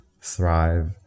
thrive